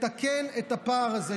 כדי לתקן את הפער הזה,